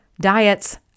diets